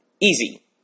Easy